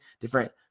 different